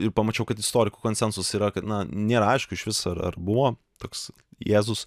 ir pamačiau kad istorikų konsensusas yra kad nėra aišku iš vis ar buvo toks jėzus